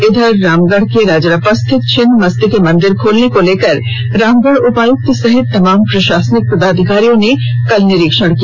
इधर रामगढ़ के रजरप्पा स्थित छिन्नमस्तिके मंदिर खोलने को लेकर रामगढ़ उपायुक्त सहित तमाम प्रशासनिक पदाधिकारियों ने कल निरीक्षण किया